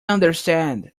understand